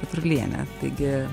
petrulienė taigi